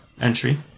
Entry